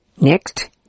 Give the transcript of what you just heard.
Next